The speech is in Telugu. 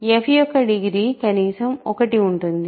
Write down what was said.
f యొక్క డిగ్రీ కనీసం 1 ఉంటుంది